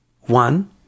one